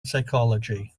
psychology